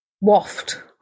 waft